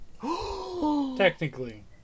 Technically